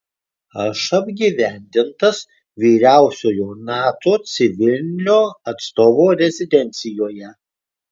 aš apgyvendintas vyriausiojo nato civilinio atstovo rezidencijoje